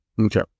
Okay